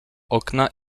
okna